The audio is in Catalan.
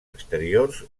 exteriors